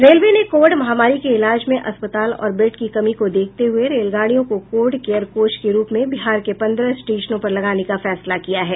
railway ने Covid महामारी के इलाज में अस्पताल और बेड की कमी को देखते हुए रेलगाड़ियों को कोविड केयर कोच के रूप में बिहार के पंद्रह स्टेशनों पर लगाने का फैसला किया है